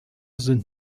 sind